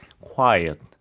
quiet